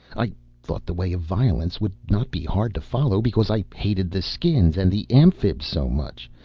i thought the way of violence would not be hard to follow because i hated the skins and the amphibs so much.